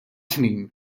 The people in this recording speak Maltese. snin